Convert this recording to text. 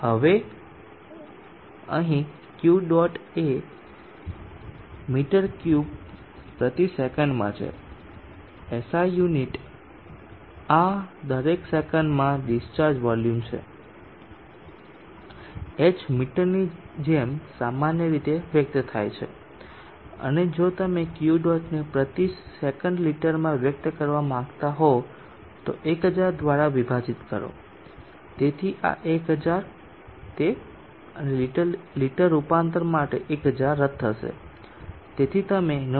હવે અહીં Q dot એ મીટર ક્યુબ પ્રતિ સેકંડમાં છે SI યુનિટ આ દરેક સેકંડમાં વોલ્યુમ ડિસ્ચાર્જ છે h મીટરની જેમ સામાન્ય રીતે વ્યક્ત થાય છે અને જો તમે Q ડોટને પ્રતિ સેકંડ લિટરમાં વ્યક્ત કરવા માંગતા હો તો 1000 દ્વારા વિભાજીત કરો તેથી આ 1000 તે અને લિટર રૂપાંતર માટે 1000 રદ થશે તેથી તમે 9